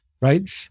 right